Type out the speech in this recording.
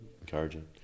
encouraging